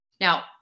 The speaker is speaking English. Now